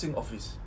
office